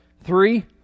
Three